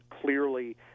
Clearly